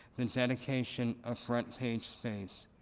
the dedication of front page space,